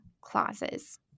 clauses